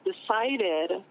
decided